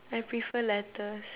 I prefer letters